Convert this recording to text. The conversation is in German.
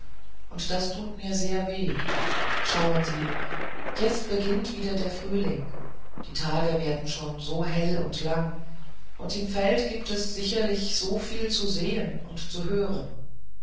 und das tut mir sehr weh schauen sie jetzt beginnt wieder der frühling die tage werden schon so hell und lang und im feld gibt es sicherlich schon viel zu sehen und zu hören